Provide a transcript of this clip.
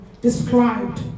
described